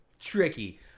tricky